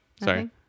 Sorry